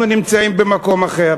אנחנו נמצאים במקום אחר.